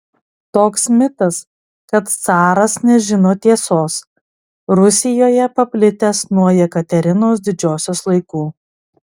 toks mitas kad caras nežino tiesos rusijoje paplitęs nuo jekaterinos didžiosios laikų